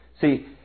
See